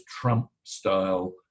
Trump-style